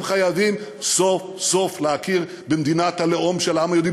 הם חייבים סוף-סוף להכיר במדינת הלאום של העם היהודי,